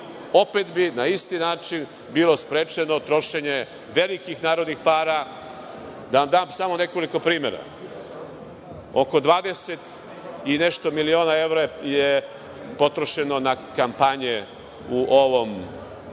opet bi na isti način bilo sprečeno trošenje velikih narodnih para. Da vam dam samo nekoliko primera. Oko 20 i nešto miliona evra je potrošeno na kampanje u ovom